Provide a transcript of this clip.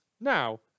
Now